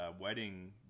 wedding